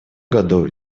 году